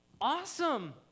awesome